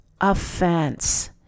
offense